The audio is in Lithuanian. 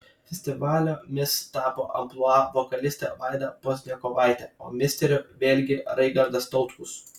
festivalio mis tapo amplua vokalistė vaida pozniakovaitė o misteriu vėlgi raigardas tautkus